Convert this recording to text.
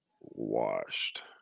washed